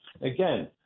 again